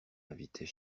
invitait